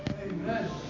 amen